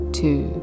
two